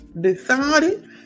decided